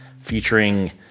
featuring